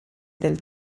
del